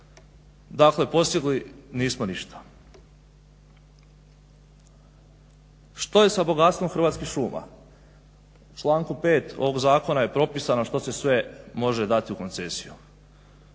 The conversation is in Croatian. Dakle, postigli nismo ništa. Što je sa bogatstvom Hrvatskih šuma? U članku 5. ovog zakona je propisano što se sve može dati u koncesiju.